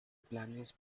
planes